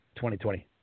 2020